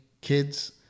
kids